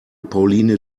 pauline